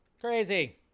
Crazy